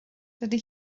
dydy